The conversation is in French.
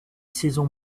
saison